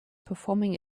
performing